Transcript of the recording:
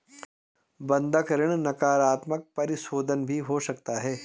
बंधक ऋण नकारात्मक परिशोधन भी हो सकता है